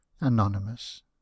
anonymous